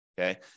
okay